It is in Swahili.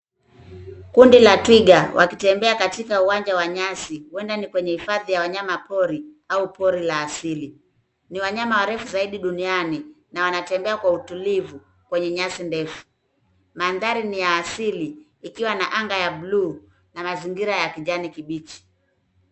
Kundi la twiga wakitembea katika uwanja wa nyasi, huenda ni kwenye hifadhi ya wanyamapori au pori la asili, ni wanyama warefu zaidi duniani na wanatembea kwa utulivu kwenye nyasi ndefu. Mandhari ni ya asili ikiwa na anga ya bluu na mazingira ya kijani kibichi.